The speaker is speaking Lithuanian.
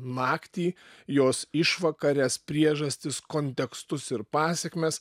naktį jos išvakares priežastis kontekstus ir pasekmes